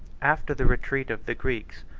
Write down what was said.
after the retreat of the greeks,